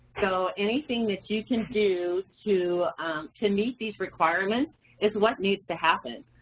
so anything that you can do to to meet these requirements is what needs to happen.